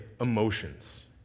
emotions